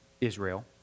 Israel